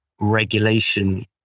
regulation